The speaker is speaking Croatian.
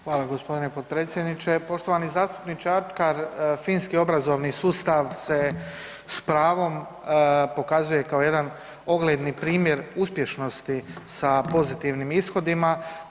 Hvala g. potpredsjedniče, poštovani zastupniče Ačkar, finski obrazovni sustav se s pravom pokazuje kao jedan ogledni primjer uspješnosti sa pozitivnim ishodima.